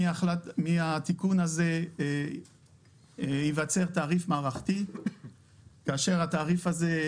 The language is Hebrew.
שמהתיקון הזה ייווצר תעריף מערכתי כאשר התעריף הזה,